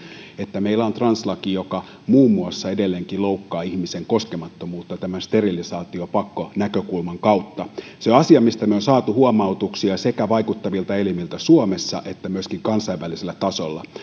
että meillä on translaki joka muun muassa edelleenkin loukkaa ihmisen koskemattomuutta sterilisaatiopakkonäkökulman kautta se on asia mistä me olemme saaneet huomautuksia sekä vaikuttavilta elimiltä suomessa että myöskin kansainväliseltä